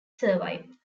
survive